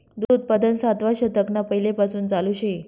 दूध उत्पादन सातवा शतकना पैलेपासून चालू शे